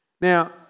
Now